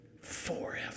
forever